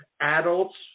adults